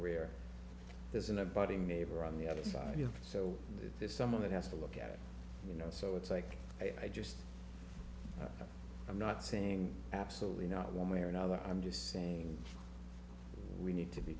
there isn't a body neighbor on the other side you know so there's someone that has to look at it you know so it's like i just i'm not saying absolutely not one way or another i'm just saying we need to be